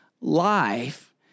Life